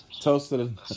Toasted